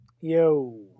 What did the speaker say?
Yo